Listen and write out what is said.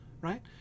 right